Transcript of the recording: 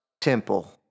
temple